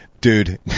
dude